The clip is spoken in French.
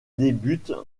débutent